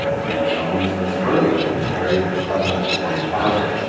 ranch homes in suburbia. it was a very prevalent form of housing